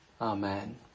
Amen